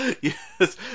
yes